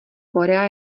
korea